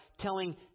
telling